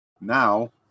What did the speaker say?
Now